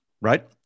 right